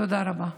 תודה רבה.